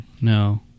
No